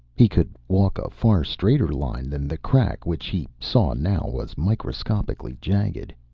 he could walk a far straighter line than the crack, which he saw now was microscopically jagged.